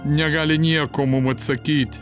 negali nieko mum atsakyti